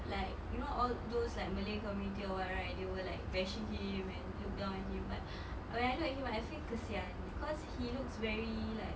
like you know all those malay community or what right they were like bashing him and look down on him but when I look at him I feel kesian cause he looks very like